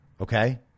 okay